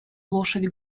лошадь